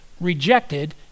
rejected